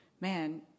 man